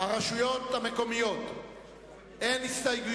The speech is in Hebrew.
על הימנעות, אנחנו נעשה.